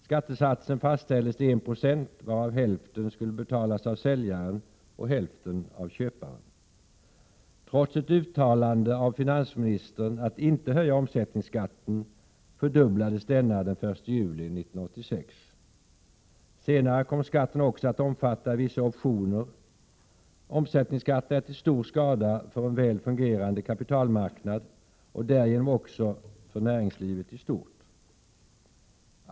Skattesatsen fastställdes till 1 90 varav hälften skulle betalas av säljaren och hälften av köparen. Trots ett uttalande av finansministern att inte höja omsättningsskatten fördubblades denna den 1 juli 1986. Senare kom skatten också att omfatta vissa optioner. Omsättningsskatten är till stor skada för en väl fungerande kapitalmarknad och därigenom också för näringslivet i stort.